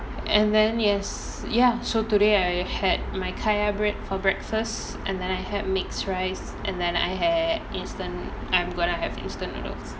and then yes ya so today I had my kaya bread for breakfast and then I had mixed rice and then I had instant I'm gonna have instant noodle